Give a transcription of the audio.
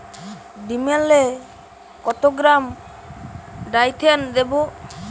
ডিস্মেলে কত gram Dithane দেবো?